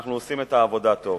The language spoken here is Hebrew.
אנחנו עושים את העבודה טוב.